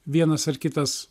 vienas ar kitas